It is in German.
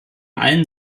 allen